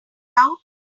out